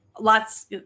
lots